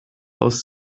aus